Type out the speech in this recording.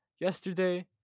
yesterday